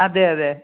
അതെയതെ